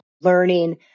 learning